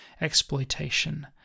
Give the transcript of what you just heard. exploitation